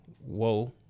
whoa